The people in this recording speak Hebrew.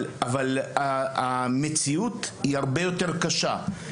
אבל המציאות היא הרבה יותר קשה.